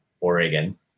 Oregon